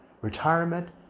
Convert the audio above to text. retirement